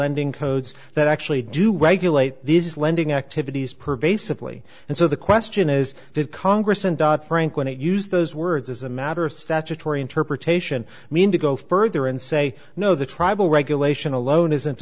lending codes that actually do wake you late these lending activities pervasively and so the question is did congress and dot frank when it used those words as a matter of statutory interpretation mean to go further and say no the tribal regulation alone isn't